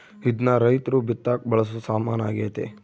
ಇದ್ನ ರೈರ್ತು ಬಿತ್ತಕ ಬಳಸೊ ಸಾಮಾನು ಆಗ್ಯತೆ